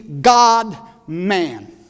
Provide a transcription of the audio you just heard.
God-man